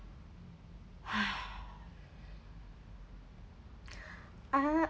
uh